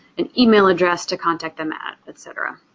an email address to contact them at etc.